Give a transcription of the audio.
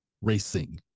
racing